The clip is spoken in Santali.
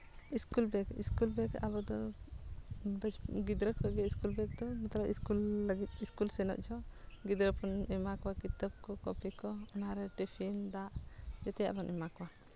ᱥᱠᱩᱞ ᱵᱮᱜᱽ ᱥᱠᱩᱞ ᱵᱮᱜᱽ ᱟᱵᱚ ᱫᱚ ᱜᱤᱫᱽᱨᱟᱹ ᱠᱷᱚᱡ ᱜᱮ ᱥᱠᱩᱞ ᱵᱮᱜᱽ ᱫᱚ ᱱᱮᱛᱟᱨ ᱥᱠᱩᱞ ᱞᱟᱹᱜᱤᱫ ᱥᱠᱩᱞ ᱥᱮᱱᱚᱜ ᱡᱚᱦᱚᱜ ᱜᱤᱫᱽᱨᱟᱹ ᱵᱚᱱ ᱮᱢᱟ ᱠᱚᱣᱟ ᱠᱤᱛᱟᱹᱵᱽ ᱠᱚ ᱠᱚᱯᱤ ᱠᱚ ᱚᱱᱟ ᱨᱮ ᱴᱤᱯᱷᱤᱱ ᱫᱟᱜ ᱡᱮᱛᱮᱭᱟᱜ ᱵᱚᱱ ᱮᱢᱟ ᱠᱚᱣᱟ